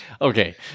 Okay